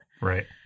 Right